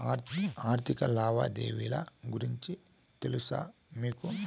ఆర్థిక లావాదేవీల గురించి తెలుసా మీకు